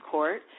Court